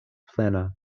plena